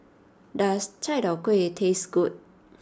does Chai Tow Kway taste good